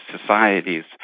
societies